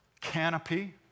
Canopy